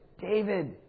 David